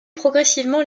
progressivement